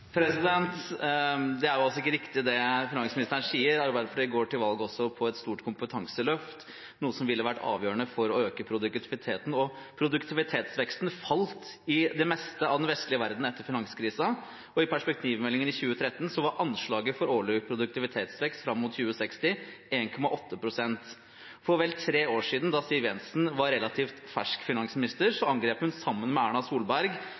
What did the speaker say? valg også på et stort kompetanseløft, noe som ville vært avgjørende for å øke produktiviteten. Produktivitetsveksten falt i det meste av den vestlige verden etter finanskrisen, og i Perspektivmeldingen 2013 var anslaget for årlig produktivitetsvekst fram mot 2060 1,8 pst. For vel tre år siden, da Siv Jensen var relativt fersk finansminister, angrep hun sammen med statsminister Erna Solberg